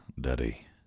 Daddy